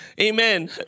Amen